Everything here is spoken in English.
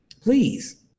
Please